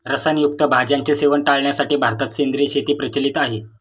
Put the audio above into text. रसायन युक्त भाज्यांचे सेवन टाळण्यासाठी भारतात सेंद्रिय शेती प्रचलित झाली